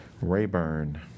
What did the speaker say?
Rayburn